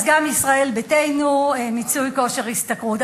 אז גם ישראל ביתנו, מיצוי כושר השתכרות.